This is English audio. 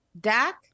Dak